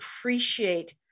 appreciate